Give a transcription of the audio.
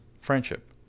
friendship